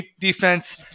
defense